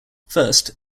first